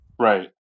Right